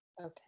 Okay